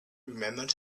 remembered